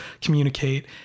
communicate